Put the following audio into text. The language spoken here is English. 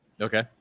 Okay